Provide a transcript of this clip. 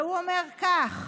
והוא אומר כך: